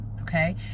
okay